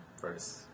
first